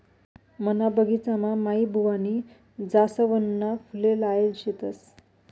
मना बगिचामा माईबुवानी जासवनना फुले लायेल शेतस